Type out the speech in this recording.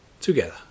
together